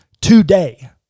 today